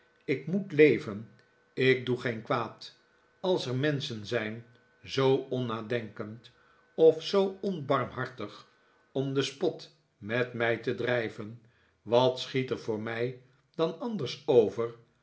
ik moet leven ik doe geen kwaad als er menschen zijn zoo onnadenkend of zoo onbarmhartig om den spot met mij te drijven wat schiet er voor mij dan anders over